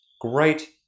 great